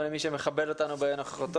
שלום גם למי שמכבד אותנו בנוכחותו.